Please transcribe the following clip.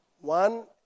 one